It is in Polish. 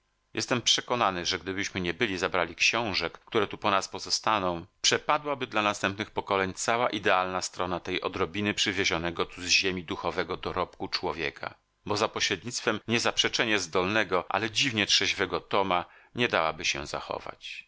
jestem przekonany że gdybyśmy nie byli zabrali książek które tu po nas pozostaną przepadłaby dla następnych pokoleń cała idealna strona tej odrobiny przywiezionego tu z ziemi duchowego dorobku człowieka bo za pośrednictwem niezaprzeczenie zdolnego ale dziwnie trzeźwego toma nie dałaby się zachować